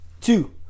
two